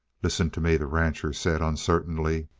listen to me, the rancher said uncertainly.